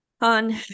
on